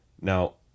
Now